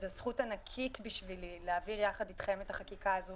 וזו זכות ענקית בשבילי להעביר יחד איתכם את החקיקה הזו